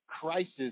Crisis